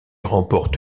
remporte